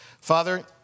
father